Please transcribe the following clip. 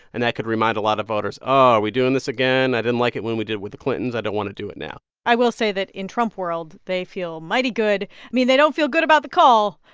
and that could remind a lot of voters, oh, are we doing this again? i didn't like it when we did it with the clintons. i don't want to do it now i will say that in trump world, they feel mighty good. i mean, they don't feel good about the call,